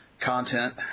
content